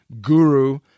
Guru